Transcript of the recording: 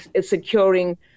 securing